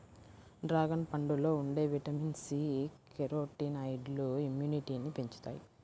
dragon పండులో ఉండే vitamin C, కెరోటినాయిడ్లు ఇమ్యునిటీని పెంచుతాయి